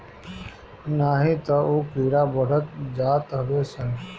नाही तअ उ कीड़ा बढ़त जात हवे सन